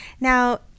Now